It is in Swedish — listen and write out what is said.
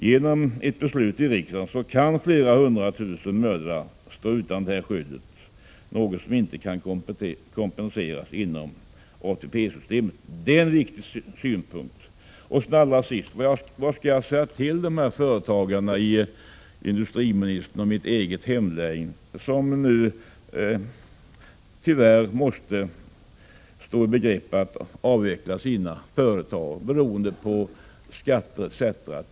Genom ett beslut i riksdagen kan flera hundra tusen mödrar stå utan det här skyddet, något som inte kan kompenseras inom ATP-systemet. Det är en viktig synpunkt. Till sist: Vad skall jag säga till dessa företagare i industriministerns och mitt eget hemlän som nu tyvärr måste avveckla sina företag beroende på skatter etc.